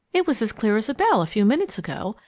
it was as clear as a bell a few minutes ago,